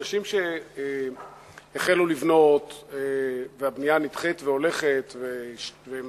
אנשים שהחלו לבנות והבנייה נדחית והולכת, והם